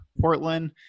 Portland